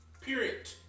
Period